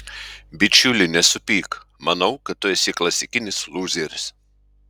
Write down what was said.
bičiuli nesupyk manau kad tu esi klasikinis lūzeris